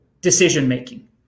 decision-making